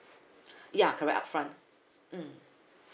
ya correct upfront mm